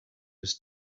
was